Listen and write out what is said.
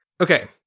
Okay